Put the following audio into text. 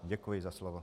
Děkuji za slovo.